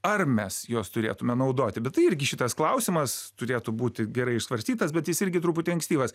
ar mes juos turėtume naudoti bet tai irgi šitas klausimas turėtų būti gerai išsvarstytas bet jis irgi truputį ankstyvas